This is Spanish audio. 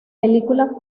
película